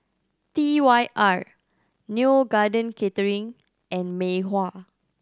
T Y R Neo Garden Catering and Mei Hua